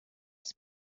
sie